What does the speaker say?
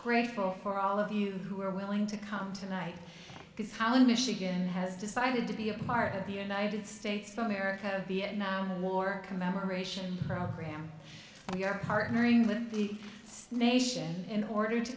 grateful for all of you who are willing to come tonight because holland michigan has decided to be a part of the united states of america viet nam war commemoration for him we are partnering with the nation in order to